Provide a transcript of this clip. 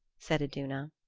said iduna.